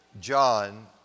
John